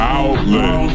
outlet